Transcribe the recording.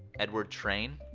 edward train?